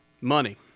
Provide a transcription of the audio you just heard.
Money